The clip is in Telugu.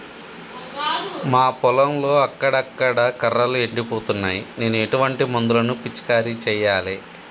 మా పొలంలో అక్కడక్కడ కర్రలు ఎండిపోతున్నాయి నేను ఎటువంటి మందులను పిచికారీ చెయ్యాలే?